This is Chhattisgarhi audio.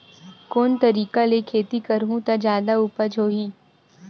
कोन तरीका ले खेती करहु त जादा उपज होही?